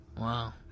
Wow